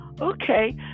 Okay